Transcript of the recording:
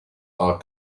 are